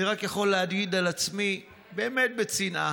אני רק יכול להגיד על עצמי, באמת בצנעה: